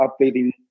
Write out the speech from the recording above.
updating